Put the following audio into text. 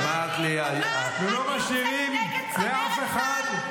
אמרת לי ----- ולא משאירים לאף אחד --- אני יוצאת נגד צמרת צה"ל,